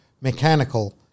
mechanical